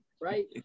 right